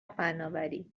فناوری